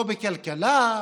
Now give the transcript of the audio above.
לא בכלכלה,